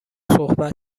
صحبت